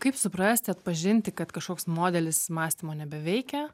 kaip suprasti atpažinti kad kažkoks modelis mąstymo nebeveikia